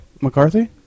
McCarthy